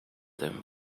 them